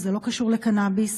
וזה לא קשור לקנביס,